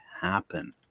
happen